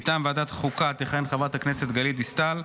מטעם ועדת החוקה תכהן חברת הכנסת גלית דיסטל.